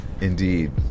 indeed